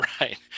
right